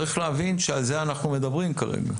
צריך להבין שעל זה אנחנו כרגע מדברים.